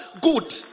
good